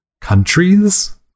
countries